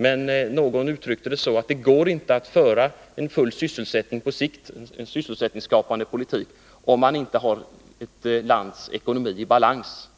Men det går, som någon uttryckte det, inte att föra en fullsysselsättningsskapande politik på sikt, om inte landets ekonomi är i balans.